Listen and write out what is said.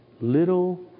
little